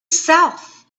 south